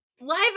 live